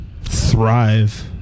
thrive